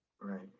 Right